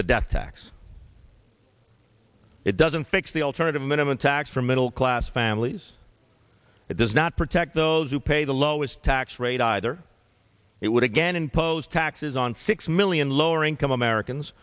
the death tax it doesn't fix the alternative minimum tax for middle class families it does not protect those who pay the lowest tax rate either it would again impose taxes on six million lower income americans